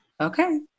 okay